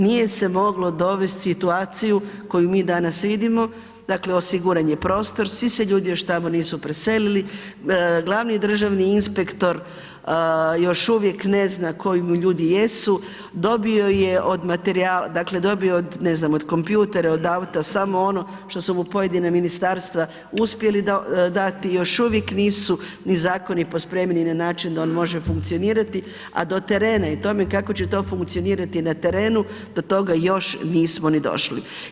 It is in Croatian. Nije se moglo dovesti u situaciju koju mi danas vidimo, dakle osiguran je prostor, svi se ljudi još tamo nisu preselili, glavni državni inspektor još uvijek ne zna koji mu ljudi jesu, dobio je od materijala, dakle dobio od kompjutera od auta samo ono što su mu pojedina ministarstva uspjeli dati i još uvijek nisu ni zakoni pospremljeni na način da on može funkcionirati, a do terena i tome kako će to funkcionirati na terenu do toga još nismo ni došli.